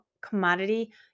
commodity